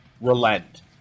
relent